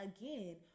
again